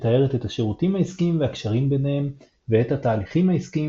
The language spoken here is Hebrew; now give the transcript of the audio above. מתארת את השירותים העסקיים והקשרים ביניהם ואת התהליכים העסקיים